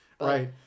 Right